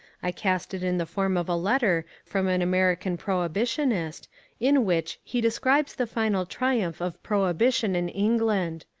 i cast it in the form of a letter from an american prohibitionist in which he describes the final triumph of prohibition in england.